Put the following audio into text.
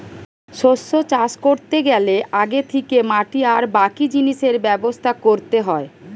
শস্য চাষ কোরতে গ্যালে আগে থিকে মাটি আর বাকি জিনিসের ব্যবস্থা কোরতে হয়